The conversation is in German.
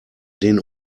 den